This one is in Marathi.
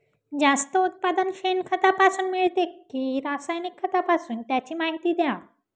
जास्त उत्पादन शेणखतापासून मिळते कि रासायनिक खतापासून? त्याची माहिती द्या